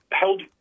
held